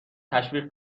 تشویق